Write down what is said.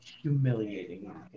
humiliating